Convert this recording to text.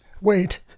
Wait